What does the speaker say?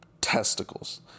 testicles